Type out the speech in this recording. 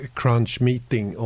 crunch-meeting